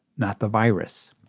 not the virus.